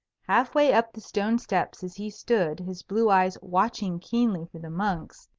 half-way up the stone steps as he stood, his blue eyes watching keenly for the monks,